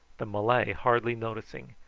the malay hardly noticing,